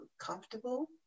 comfortable